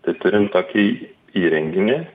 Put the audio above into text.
tai turint tokį įrenginį